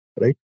right